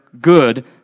good